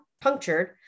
punctured